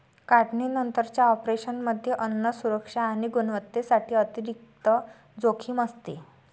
काढणीनंतरच्या ऑपरेशनमध्ये अन्न सुरक्षा आणि गुणवत्तेसाठी अतिरिक्त जोखीम असते